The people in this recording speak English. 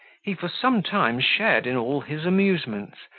he for some time shared in all his amusements,